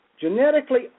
genetically